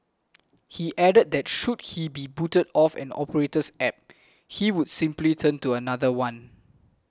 he added that should he be booted off an operator's App he would simply turn to another one